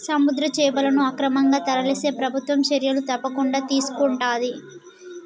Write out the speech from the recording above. సముద్ర చేపలను అక్రమంగా తరలిస్తే ప్రభుత్వం చర్యలు తప్పకుండా తీసుకొంటది